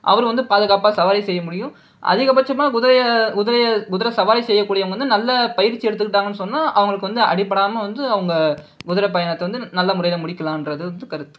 அவர் வந்து பாதுகாப்பாக சவாரி செய்ய முடியும் அதிகபட்சமாக குதிரையை குதிரையை குதிரை சவாரி செய்யக்கூடியவங்க வந்து நல்ல பயிற்சி எடுத்துக்கிட்டாங்கன்னு சொன்னால் அவங்களுக்கு வந்து அடிபடாமல் வந்து அவங்க குதிரை பயணத்தை வந்து நல்ல முறையில் முடிக்கலாம்றது கருத்து